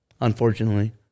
Unfortunately